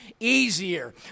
easier